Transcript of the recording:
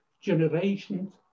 generations